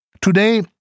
Today